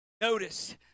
Notice